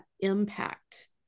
impact